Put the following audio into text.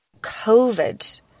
Covid